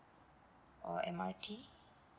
or M_R_T